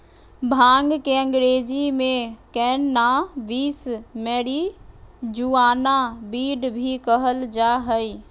भांग के अंग्रेज़ी में कैनाबीस, मैरिजुआना, वीड भी कहल जा हइ